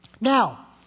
Now